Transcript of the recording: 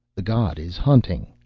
the god is hunting,